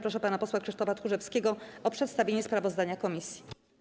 Proszę pana posła Krzysztofa Tchórzewskiego o przedstawienie sprawozdania komisji.